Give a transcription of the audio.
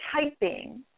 typing